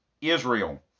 Israel